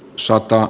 sota